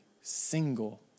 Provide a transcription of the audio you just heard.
single